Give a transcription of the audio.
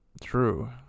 True